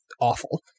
awful